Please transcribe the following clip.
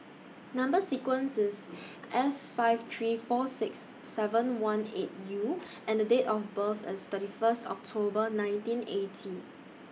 Number sequence IS S five three four six seven one eight U and Date of birth IS thirty First October nineteen eighty